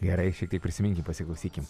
gerai šiek tiek prisiminkim pasiklausykim